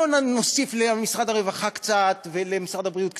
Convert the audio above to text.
לא נוסיף למשרד הרווחה קצת ולמשרד הבריאות קצת.